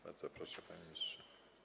Bardzo proszę, panie ministrze.